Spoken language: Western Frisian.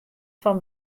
fan